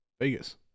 Vegas